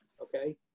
okay